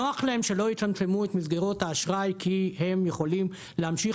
נוח להם שלא יצמצמו את מסגרות האשראי כי הם יכולים להמשיך